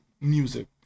music